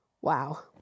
wow